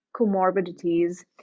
comorbidities